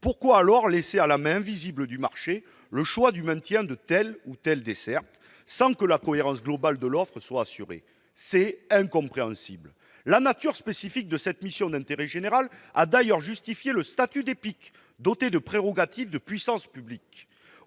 pourquoi laisser à la main invisible du marché le choix du maintien de telle ou telle desserte, sans que la cohérence globale de l'offre soit assurée ? C'est incompréhensible ! La nature spécifique de cette mission d'intérêt général a d'ailleurs justifié pour la SNCF le statut d'EPIC, doté de prérogatives de puissance publique.